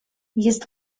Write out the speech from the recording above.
jest